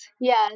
Yes